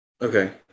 okay